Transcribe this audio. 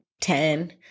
ten